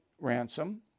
ransom